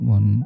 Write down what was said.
One